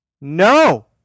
No